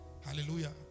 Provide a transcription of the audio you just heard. Hallelujah